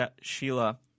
Sheila